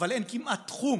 אבל אין כמעט תחום